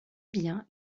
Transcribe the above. bien